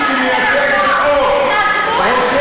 אני לא מגינה על כלום.